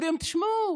אומרים: תשמעו,